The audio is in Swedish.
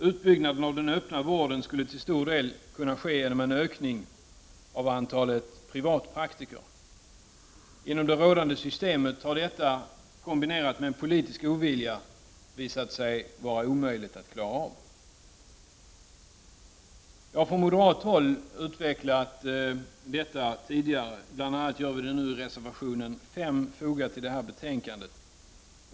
Utbyggnaden av den öppna vården skulle till stor del kunna ske genom en ökning av antalet privatpraktiker. Inom det rådande systemet har detta — kombinerat med en politisk ovilja — visat sig vara omöjligt att klara av. Vi har från moderat håll utvecklat detta tidigare. Bl.a. gör vi det nu i reservation 5, fogat till betänkandet.